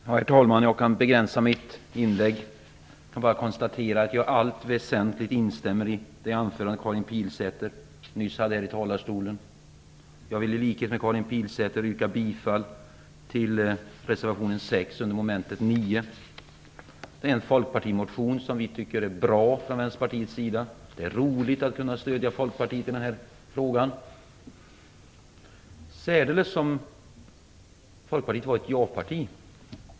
Herr talman! Jag skall begränsa mitt inlägg. Jag kan bara konstatera att jag i allt väsentligt instämmer i det anförande som Karin Pilsäter nyss hade här i talarstolen. Jag vill i likhet med Karin Pilsäter yrka bifall till reservation nr 6 under mom. 9. Den bygger på en folkpartimotion som vi från Vänsterpartiets sida tycker är bra. Det är roligt att kunna stödja Folkpartiet i den här frågan, särskilt som Folkpartiet var ett ja-parti.